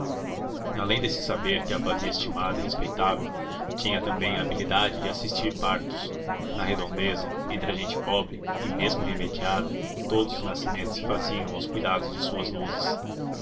além desse saber que a fazia estimada e respeitável tinha também a habilidade de assistir partos na redondeza entre a gente pobre e mesmo remediada todos os nascimentos se faziam aos cuidados de suas luzes